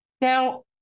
Now